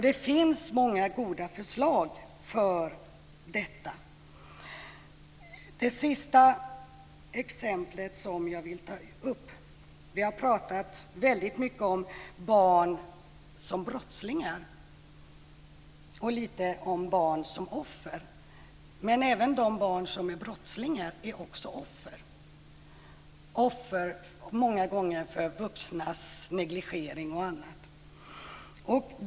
Det finns många goda förslag i den riktningen. Det sista exempel som jag vill ta upp gäller barn som offer. Det har talats väldigt mycket om barn som brottslingar och lite om barn som offer, men även de barn som är brottslingar är offer, många gånger för vuxnas negligerande och annat.